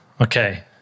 Okay